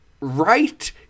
right